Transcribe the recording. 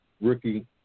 rookie